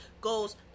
goes